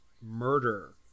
murder